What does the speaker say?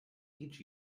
each